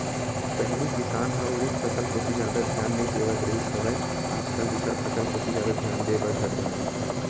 पहिली किसान ह उरिद फसल कोती जादा धियान नइ देवत रिहिस हवय आज कल दूसर फसल कोती जादा धियान देय बर धर ले हवय